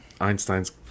Einstein's